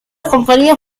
compañía